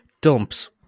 Dumps